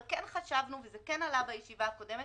אבל כן חשבנו וזה כן עלה בישיבה הקודמת